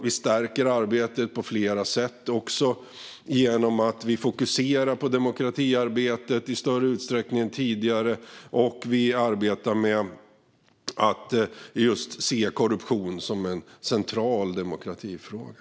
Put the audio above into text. Vi stärker arbetet på flera sätt genom att vi fokuserar på demokratiarbetet i större utsträckning än tidigare. Vi arbetar med att se just korruption som en central demokratifråga.